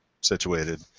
situated